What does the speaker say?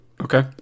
okay